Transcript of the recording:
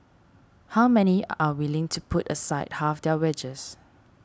how many are willing to put aside half their wages